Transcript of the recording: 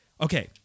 Okay